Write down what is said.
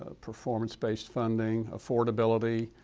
ah performance based funding, affordability,